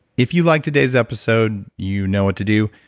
if you like today's episode, you know what to do.